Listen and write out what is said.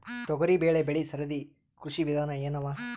ತೊಗರಿಬೇಳೆ ಬೆಳಿ ಸರದಿ ಕೃಷಿ ವಿಧಾನ ಎನವ?